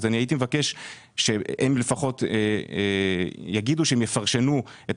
אז אני הייתי מבקש שהם לפחות יגידו שהם יפרשנו את